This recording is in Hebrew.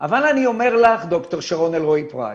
אבל אני אומר לך, ד"ר שרון אלרעי פרייס,